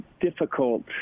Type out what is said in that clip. difficult